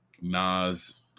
Nas